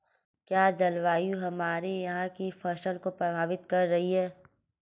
क्या जलवायु हमारे यहाँ की फसल को प्रभावित कर रही है?